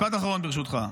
משפט אחרון, ברשותך.